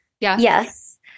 yes